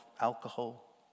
alcohol